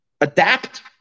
adapt